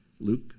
Luke